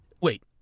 Wait